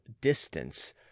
distance